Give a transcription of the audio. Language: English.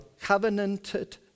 covenanted